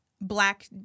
black